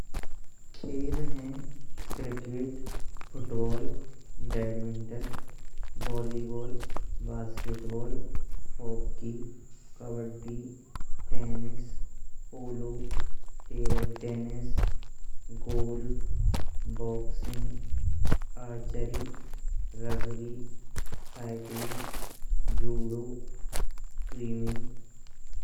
खेल हैं cricket, football, badminton, volleyball, basketball, hockey, kabaddi, tennis, polo, table tennis, golf, boxing, archery, rugby, cycling, judo, swimming.